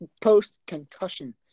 post-concussion